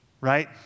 right